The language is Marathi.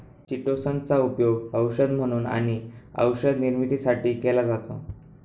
चिटोसन चा उपयोग औषध म्हणून आणि औषध निर्मितीसाठी केला जातो